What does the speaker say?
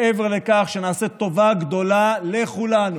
מעבר לכך שנעשה טובה גדולה לכולנו,